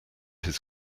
his